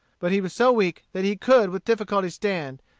but he was so weak that he could with difficulty stand,